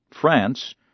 France